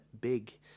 big